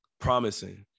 promising